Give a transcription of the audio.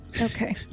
Okay